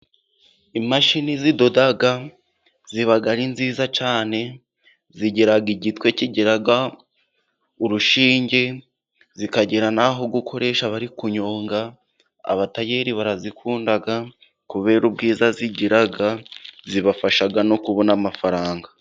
Imashini zidoda ziba ari nziza cyane, zigira igitwe kigira urushinge, zikagira naho gukoresha bari kunyonga, abatayeri barazikunda kubera ubwiza zigira, zibafasha no kubona amafaranga